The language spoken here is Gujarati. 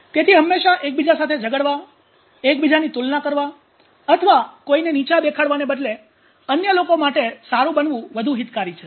તેથી હંમેશાં એકબીજા સાથે ઝગાડવા એકબીજાની તુલના કરવા અથવા કોઈને નીચા દેખાડવાને બદલે અન્ય લોકો માટે સારું બનવું વધુ હિતકારી છે